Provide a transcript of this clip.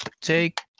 take